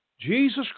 Jesus